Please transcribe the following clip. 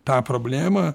tą problemą